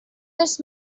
this